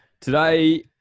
Today